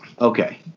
Okay